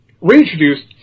reintroduced